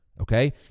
Okay